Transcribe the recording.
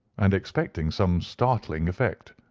and expecting some startling effect.